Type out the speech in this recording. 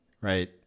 Right